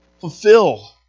fulfill